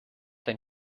dein